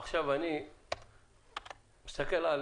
עכשיו אני מסתכל על